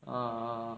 ah ah